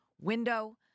window